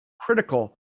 critical